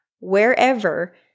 wherever